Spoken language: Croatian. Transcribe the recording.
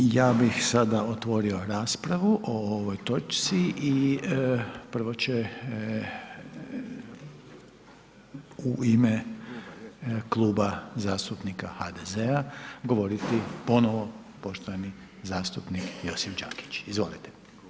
Ja bih sada otvorio raspravu o ovoj točci i prvo će u ime Kluba zastupnika HDZ-a govoriti ponovno poštovani zastupnik Josip Đakić, izvolite.